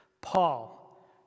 Paul